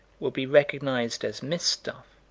will be recognized as myth-stuff